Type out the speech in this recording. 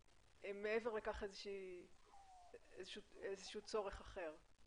לדרישת הריווח, אין מעבר לכך צורך אחר?